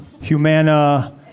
Humana